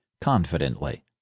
confidently